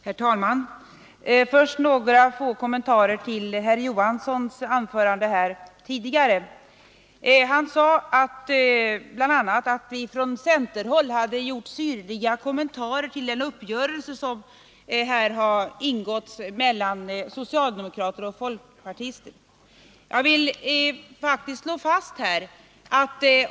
Herr talman! Först några kommentarer till herr Knut Johanssons anförande. Han sade bl.a. att vi från centerhåll gjort syrliga kommentarer till den uppgörelse som ingåtts mellan socialdemokrater och folkpartister.